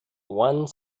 one